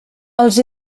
els